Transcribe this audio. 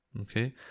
Okay